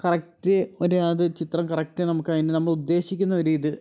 correct ഒരു അത് ചിത്രം കറക്റ്റ് നമുക്ക് അതിന് നമ്മള് ഉദ്ദേശിക്കുന്ന ഒരിത്